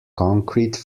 concrete